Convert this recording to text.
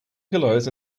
pillows